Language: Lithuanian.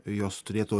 jos turėtų